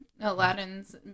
Aladdin's